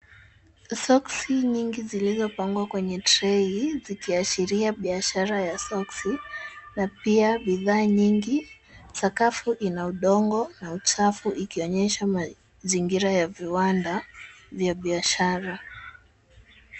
Soksi, nyingi zilizopangwa kwenye tray zikiashiria biashara ya soksi na pia bidhaa nyingi sakafu ina udongo na uchafu ikionyesha mazingira ya viwanda vya biashara.